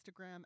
Instagram